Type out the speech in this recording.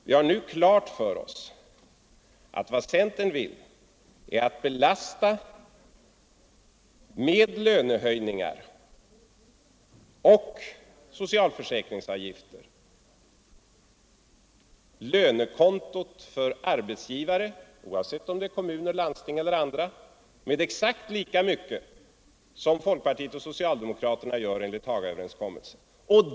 Vi har nu klart för oss att vad centern vill är att med lönehöjningar och socialförsäkringsavgifter belasta lönekontot för arbetsgivare oavsett om det är fråga om kommuner, landsting eller andra och belasta dem med exakt lika mycket som folkpartiet och socialdemokraterna gör enligt Hagaöverenskommelsen.